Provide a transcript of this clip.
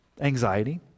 anxiety